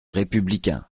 républicain